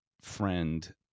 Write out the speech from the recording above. friend